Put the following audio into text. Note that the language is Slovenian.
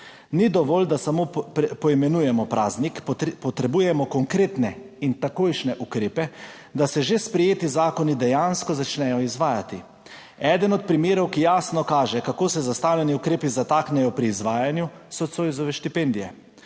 Ni dovolj, da samo poimenujemo praznik. Potrebujemo konkretne in takojšnje ukrepe, da se že sprejeti zakoni dejansko začnejo izvajati. Eden od primerov, ki jasno kaže, kako se zastavljeni ukrepi zataknejo pri izvajanju, so Zoisove štipendije.